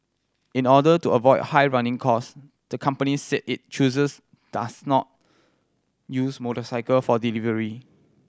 in order to avoid high running cost the company said it chooses does not use motorcycle for delivery